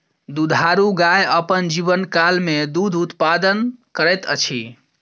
दुधारू गाय अपन जीवनकाल मे दूध उत्पादन करैत अछि